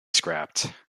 scrapped